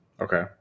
Okay